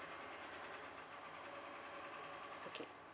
okay